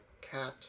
cat